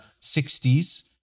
60s